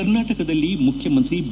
ಕರ್ನಾಟಕದಲ್ಲಿ ಮುಖ್ಯಮಂತ್ರಿ ಬಿ